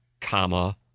comma